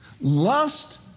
Lust